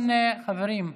חברים,